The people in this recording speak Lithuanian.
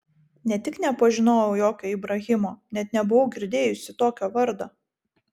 ne tik nepažinojau jokio ibrahimo net nebuvau girdėjusi tokio vardo